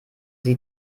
sie